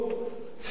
שימו לב,